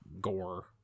gore